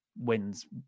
wins